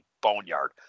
boneyard